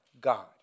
God